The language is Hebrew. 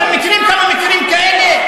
אתם מכירים כמה מקרים כאלה?